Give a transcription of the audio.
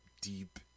deep